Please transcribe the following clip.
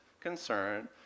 concern